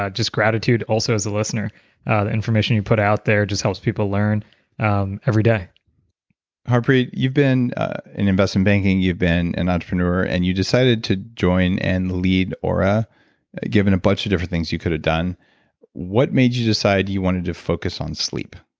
ah just gratitude also as a listener the information you put out there just helps people learn um every day harpreet, you've been in investment banking, you've been an entrepreneur, and you decided to join and lead ah oura given a bunch of different things you could have done what made you decide you wanted to focus on sleep?